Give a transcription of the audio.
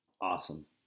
Awesome